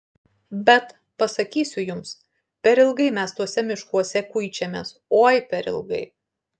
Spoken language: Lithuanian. bet pasakysiu jums per ilgai mes tuose miškuose kuičiamės oi per ilgai